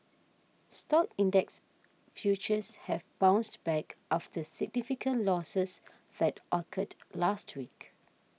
stock index futures have bounced back after significant losses that occurred last week